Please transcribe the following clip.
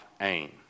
aim